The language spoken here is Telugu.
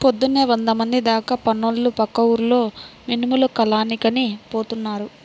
పొద్దున్నే వందమంది దాకా పనోళ్ళు పక్క ఊర్లో మినుములు కల్లానికని పోతున్నారు